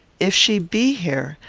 if she be here,